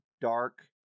dark